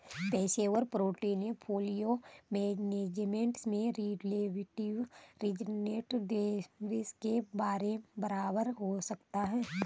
passive portfolio management में relative return निवेश के बराबर हो सकता है